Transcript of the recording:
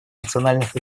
национальных